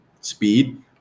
Speed